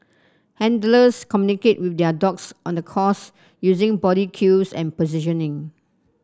handlers communicate with their dogs on the course using body cues and positioning